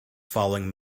following